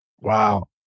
Wow